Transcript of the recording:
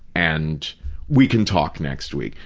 and we can talk next week,